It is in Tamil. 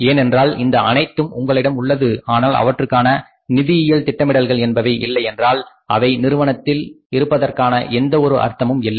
ஏனென்றால் இந்த அனைத்தும் உங்களிடம் உள்ளது ஆனால் அவற்றுக்கான நிதியியல் திட்டமிடல்கள் என்பவை இல்லையென்றால் அவை நிறுவனத்தில் இருப்பதற்கான எந்த ஒரு அர்த்தமும் இல்லை